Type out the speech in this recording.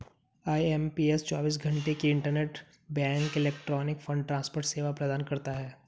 IMPS चौबीस घंटे की इंटरबैंक इलेक्ट्रॉनिक फंड ट्रांसफर सेवा प्रदान करता है